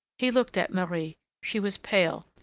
he looked at marie she was pale,